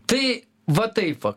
tai va taip va